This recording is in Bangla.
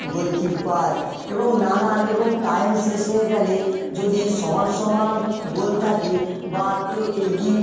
গোলকিপার এবং নানান এবং টাইম শেষ হয়ে গেলে যদি সমান সমান গোল থাকে বা কেউ এগি